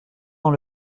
dans